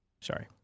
Sorry